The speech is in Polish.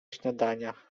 śniadania